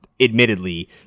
admittedly